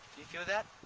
you feel that?